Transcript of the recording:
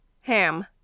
Ham